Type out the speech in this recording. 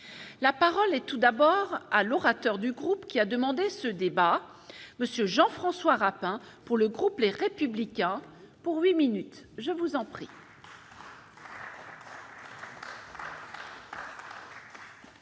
la parole est tout d'abord à l'orateur du groupe, qui a demandé ce débat monsieur Jean-François Rapin pour le groupe, les républicains pour 8 minutes je vous en prie.